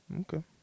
Okay